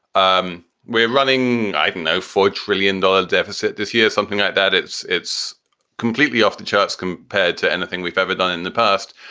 um we're running ivano, you know four trillion dollar deficit this year, something like that. it's it's completely off the charts compared to anything we've ever done in the past.